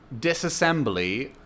disassembly